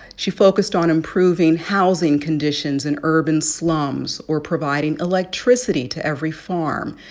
she focused on improving housing conditions in urban slums or providing electricity to every farm.